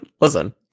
listen